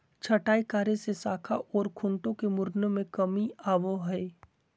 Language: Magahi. छंटाई कार्य से शाखा ओर खूंटों के मुड़ने में कमी आवो हइ